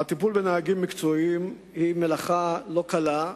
הטיפול בנהגים מקצועיים הוא מלאכה לא קלה,